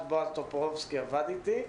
אז בועז טופורובסקי עבד איתי,